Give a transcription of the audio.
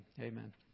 Amen